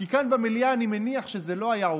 כי כאן במליאה אני מניח שזה לא היה עובר,